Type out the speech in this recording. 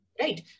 right